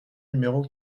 numéro